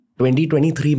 2023